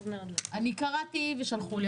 אני קראתי ושלחו לי.